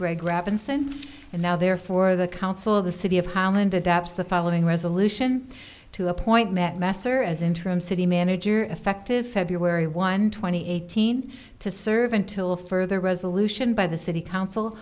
greg robinson and now there for the council the city of holland adopts the following resolution to appoint matt messer as interim city manager effective february one twenty eighteen to serve until further resolution by the city council